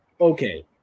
okay